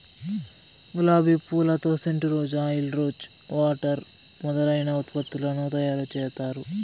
గులాబి పూలతో scent, rose oil, rose water మొదలైన ఉత్పత్తులను తయారు చేత్తారు